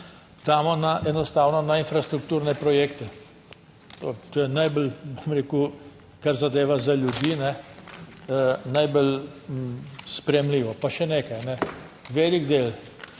damo enostavno na infrastrukturne projekte. To je najbolj, bom rekel, kar zadeva za ljudi, najbolj sprejemljivo. Pa še nekaj, velik del